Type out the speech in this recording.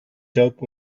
dope